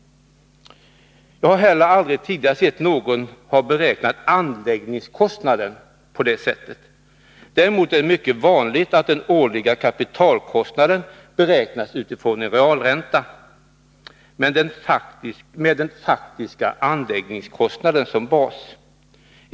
Jag har heller aldrig tidigare sett att någon har beräknat anläggningskostnader på det sättet. Däremot är det mycket vanligt att den årliga kapitalkostnaden beräknas utifrån en realränta men med den faktiska anläggningskostnaden som bas.